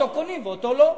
אותו קונים ואותו לא.